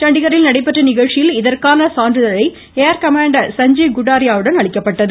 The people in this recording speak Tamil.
சண்டிகட்டில் நடைபெற்ற நிகழ்ச்சியில் இதற்கான சான்றிதழ் ஏர் கமோடர் சஞ்சீவ் குடாரியாவிடம் அளிக்கப்பட்டது